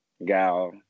Gal